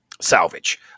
salvage